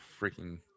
freaking